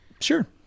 Sure